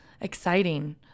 exciting